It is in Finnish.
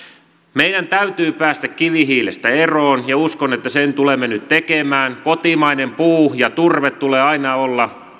meidän täytyy päästä kivihiilestä eroon ja uskon että sen tulemme nyt tekemään kotimaisen puun ja turpeen tulee aina olla